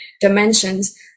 dimensions